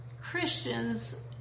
Christians